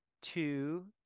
two